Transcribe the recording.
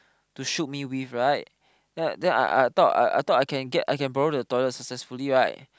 to shoot me with right then then I I thought I I thought I can get I can borrow the toilet successfully right